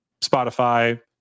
Spotify